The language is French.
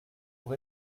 pour